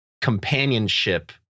companionship